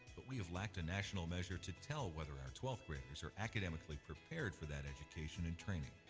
but we have lacked a national measure to tell whether our twelfth graders are academically prepared for that education and training.